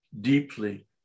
deeply